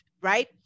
right